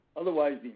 Otherwise